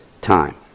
time